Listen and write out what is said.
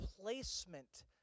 placement